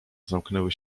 zamknęły